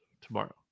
tomorrow